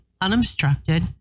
unobstructed